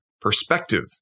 perspective